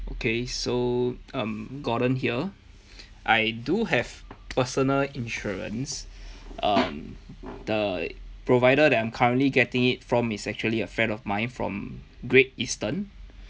okay so um gordon here I do have personal insurance um the provider that I'm currently getting it from is actually a friend of mine from great eastern